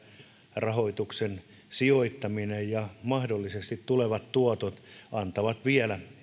rahoituksen sijoittaminen ja mahdollisesti tulevat tuotot antavat vielä